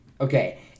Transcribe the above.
Okay